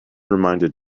reminded